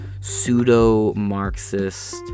pseudo-Marxist